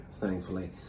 thankfully